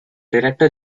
director